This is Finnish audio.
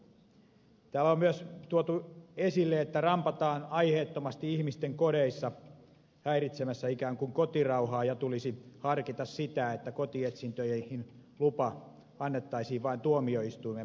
täällä on myös tuotu esille että rampataan aiheettomasti ihmisten kodeissa ikään kuin häiritsemässä kotirauhaa ja tulisi harkita sitä että lupa kotietsintöihin annettaisiin vain tuomioistuimen määräyksellä